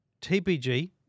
TPG